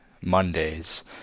Mondays